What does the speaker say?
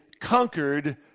conquered